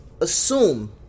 assume